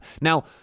Now